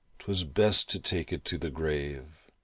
twas best to take it to the grave.